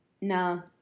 No